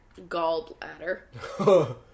gallbladder